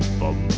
bum